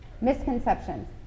Misconceptions